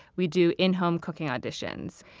we do in-home cooking auditions.